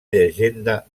llegenda